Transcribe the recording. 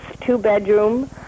two-bedroom